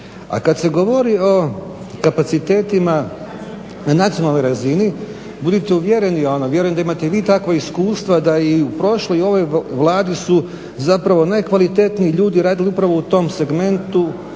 A kada se govori o kapacitetima na nacionalnoj razini, budite uvjereni, ali ne vjerujem da imate i vi takva iskustva da i u prošloj i u ovoj Vladi su zapravo najkvalitetniji ljudi radili upravo u tom segmentu